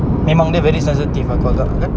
memang dia very sensitive ah kau za~ kan